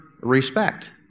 respect